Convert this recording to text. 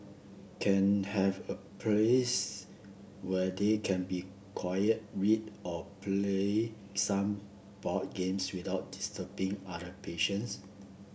can have a place where they can be quiet read or play some board games without disturbing other patients